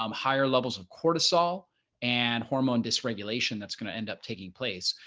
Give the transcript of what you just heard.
um higher levels of cortisol and hormone dysregulation that's going to end up taking place.